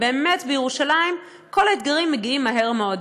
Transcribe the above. באמת, בירושלים כל האתגרים מגיעים מהר מאוד.